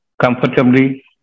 comfortably